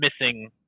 missing